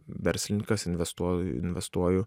verslininkas investuoj investuoju